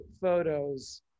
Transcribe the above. photos